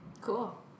Cool